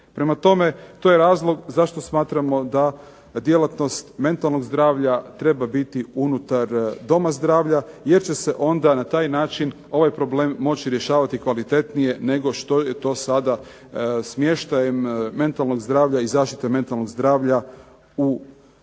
Prema tome, to je razlog zašto smatramo da djelatnost mentalnog zdravlja treba biti unutar doma zdravlja, jer će se onda na taj način ovaj problem moći rješavati kvalitetnije nego što je to sada smještajem mentalnog zdravlja i zaštite mentalnog zdravlja u nivou